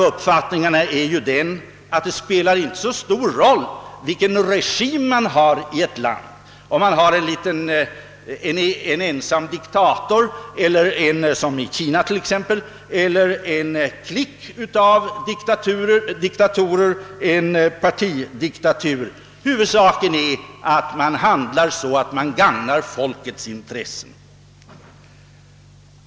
Man säger att det inte spelar så stor roll vilken regim ett land har, om det är en ensam diktator, som i Kina t.ex., eller en klick av diktatorer, en partidiktatur — huvudsaken är att man handlar så att man gagnar folkets intressen.